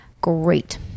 great